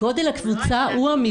שלו,